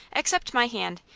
accept my hand,